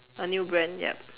a new brand yup